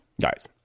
guys